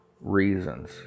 reasons